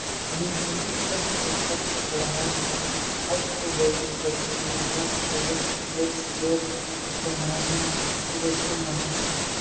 žurnalistas taip pat klausė ar su valiutos krize šalis patirs ir ekonominį sukrėtimą